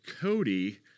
Cody